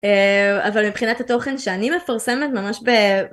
אבל מבחינת התוכן שאני מפרסמת ממש.